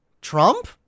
Trump